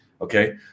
Okay